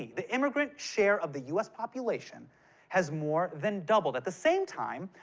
the the immigrant share of the u s. population has more than doubled. at the same time,